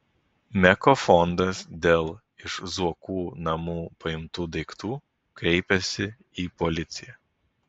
meko fondas dėl iš zuokų namų paimtų daiktų kreipėsi į policiją